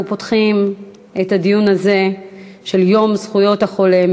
אנחנו פותחים את הדיון הזה של יום זכויות החולה.